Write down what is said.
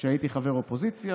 כשהייתי חבר אופוזיציה,